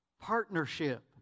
Partnership